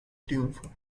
triunfo